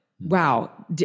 wow